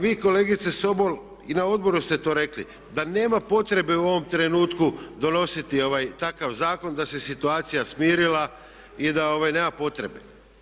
Vi kolegice Sobol i na odboru ste to rekli, da nema potrebe u ovom trenutku donositi takav zakon, da se situacija smirila i da nema potrebe.